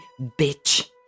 bitch